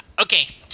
Okay